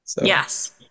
Yes